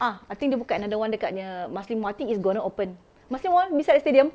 ah I think dia buka another one dekat punya marsiling mall I think it's going to open marsiling mall beside stadium